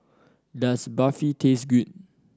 does Barfi taste good